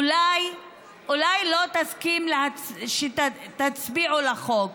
אולי לא תסכים שתצביעו בעד החוק,